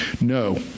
No